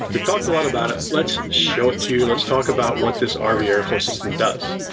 we've talked a lot about it. let's show it to you. let's talk about what this ah rv airflow system does.